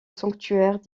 sanctuaire